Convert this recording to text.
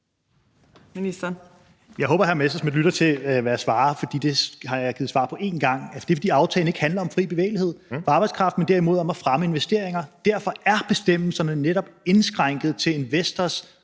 Kofod): Jeg håber, at hr. Morten Messerschmidt lytter til, hvad jeg svarer, fordi det har jeg allerede givet svar på en gang. Det er, fordi aftalen ikke handler om fri bevægelighed for arbejdskraft, men derimod om at fremme investeringer. Derfor er bestemmelserne netop indskrænket til investors